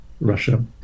Russia